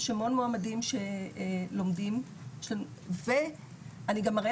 יש המון מועמדים שלומדים ואני גם אראה